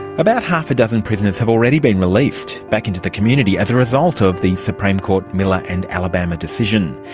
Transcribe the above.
about half a dozen prisoners have already been released back into the community as a result of the supreme court miller and alabama decision,